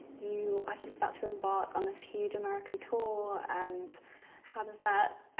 you are just about to embark on this huge american tour and how does that?